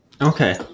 Okay